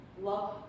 love